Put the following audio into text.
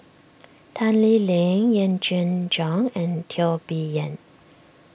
Tan Lee Leng Yee Jenn Jong and Teo Bee Yen